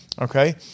okay